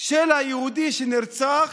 של היהודי שנרצח,